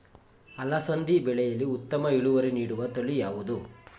ಅಲಸಂದಿ ಬೆಳೆಯಲ್ಲಿ ಉತ್ತಮ ಇಳುವರಿ ನೀಡುವ ತಳಿ ಯಾವುದು?